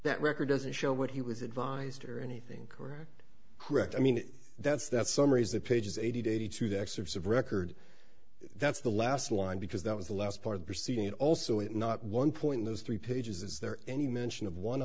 that record doesn't show what he was advised or anything or correct i mean that's that's summaries of pages eighty to eighty two the excerpts of record that's the last line because that was the last part of proceeding and also it not one point in those three pages is there any mention of one